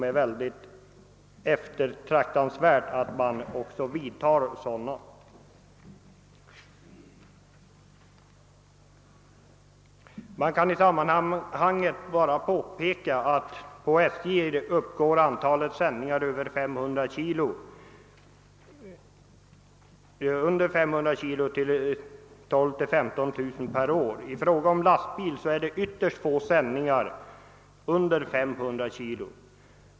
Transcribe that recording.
Vi vill i det sammanhanget peka på de möjligheter till samsändningar som föreligger. Det bör påpekas att på SJ antalet sändningar under 500 kilo uppgår till mellan 12 000 och 15000 per år, medan vid lastbilstransporter ytterst få sändningar understiger 500 kilo.